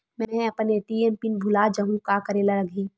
मैं अपन ATM pin भुला जहु का करे ला लगही?